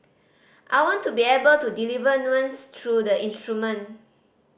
I want to be able to deliver nuance through the instrument